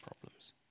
problems